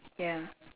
ya